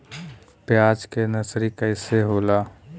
प्याज के नर्सरी कइसे होला?